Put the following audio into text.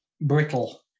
brittle